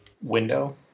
Window